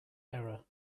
error